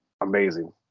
Amazing